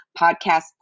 podcast